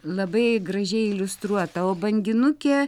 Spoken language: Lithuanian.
labai gražiai iliustruota o banginukė